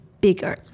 Bigger